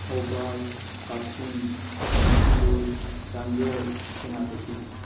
Thoubal Kakching Bishnupur Chandel Senapati